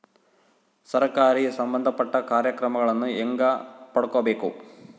ಸರಕಾರಿ ಸಂಬಂಧಪಟ್ಟ ಕಾರ್ಯಕ್ರಮಗಳನ್ನು ಹೆಂಗ ಪಡ್ಕೊಬೇಕು?